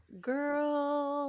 girl